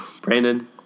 Brandon